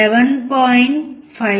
54